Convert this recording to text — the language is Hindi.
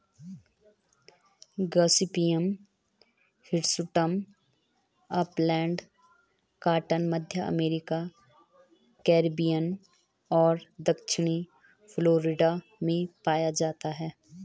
गॉसिपियम हिर्सुटम अपलैंड कॉटन, मध्य अमेरिका, कैरिबियन और दक्षिणी फ्लोरिडा में पाया जाता है